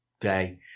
Day